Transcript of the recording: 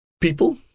people